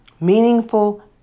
meaningful